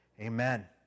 Amen